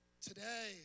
today